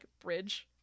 bridge